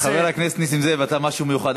חבר הכנסת נסים זאב, אתה משהו מיוחד.